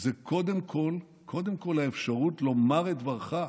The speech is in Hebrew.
זה קודם כול, קודם כול, האפשרות לומר את דברך,